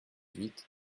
huit